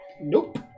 Nope